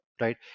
right